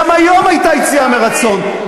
גם היום הייתה יציאה מרצון,